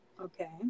okay